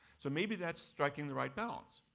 so maybe that's striking the right balance.